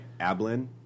Ablin